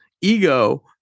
ego